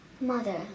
Mother